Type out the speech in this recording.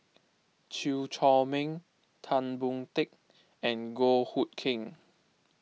Chew Chor Meng Tan Boon Teik and Goh Hood Keng